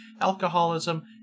alcoholism